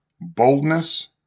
boldness